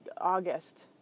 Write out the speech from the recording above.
August